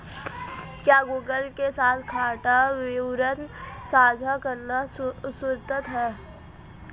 क्या गूगल के साथ खाता विवरण साझा करना सुरक्षित है?